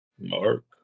Mark